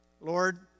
Lord